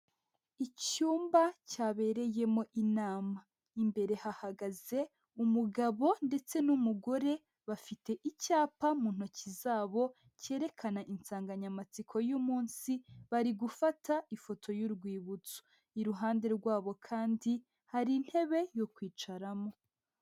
Icyumba cyabereyemo inama, imbere hahagaze umugabo ndetse n'umugore bafite icyapa mu ntoki zabo, kerekana insanganyamatsiko y'umunsi, bari gufata ifoto y'urwibutso, iruhande rwabo kandi hari intebe yo kwicaramo.